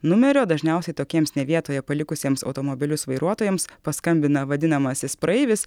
numerio dažniausiai tokiems ne vietoje palikusiems automobilius vairuotojams paskambina vadinamasis praeivis